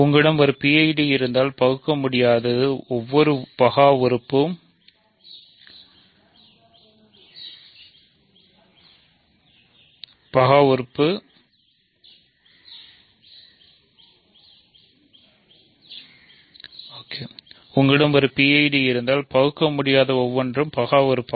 உங்களிடம் ஒரு PID இருந்தால் பகுக்கமுடியாதது ஒவ்வொரு உறுப்பு பகா உறுப்பு